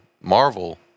Marvel